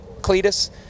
Cletus